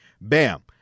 Bam